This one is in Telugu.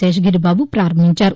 శేషగిరిబాబు పారంభించారు